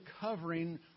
covering